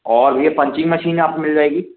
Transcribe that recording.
और भैया punching machine आप मिल जाएगी